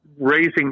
raising